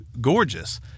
gorgeous